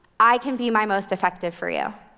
i can be my most effective for you.